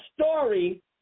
story